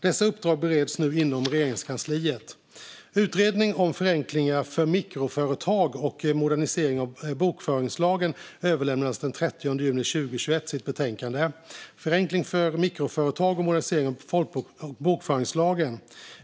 Dessa uppdrag bereds nu inom Regeringskansliet. Utredningen om enklare regelverk för mikroföretagande och en modernare bokföringslag överlämnade den 30 juni 2021 sitt betänkande Förenklingar för mikroföretag och modernisering av bokföringslagen .